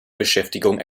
beschäftigung